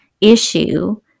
issue